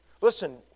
Listen